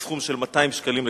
סכום של 200 שקלים לכרטיס,